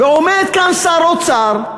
ועומד כאן שר אוצר,